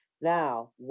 Now